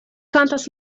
kantas